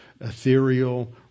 ethereal